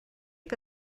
que